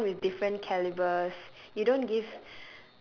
everyone with different calibers you don't give